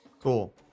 Cool